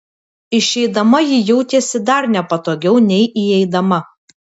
išeidama ji jautėsi dar nepatogiau nei įeidama